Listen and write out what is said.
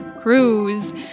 Cruise